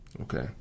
Okay